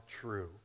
true